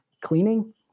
cleaning